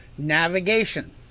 navigation